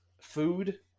food